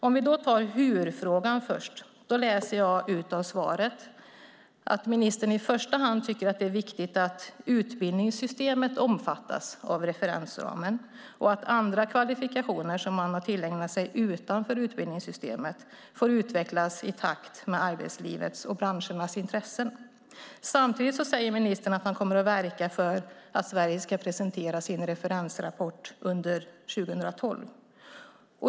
Om vi först tar frågan om hur läser jag ut av svaret att ministern i första hand tycker att det är viktigt att utbildningssystemet omfattas av referensramen och att andra kvalifikationer som man har tillägnat sig utanför utbildningssystemet får utvecklas i takt med arbetslivets och branschernas intressen. Samtidigt säger ministern att han kommer att verka för att Sverige ska presentera sin referensrapport under 2012.